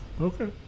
Okay